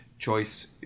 choice